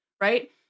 Right